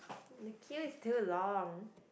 the queue is too long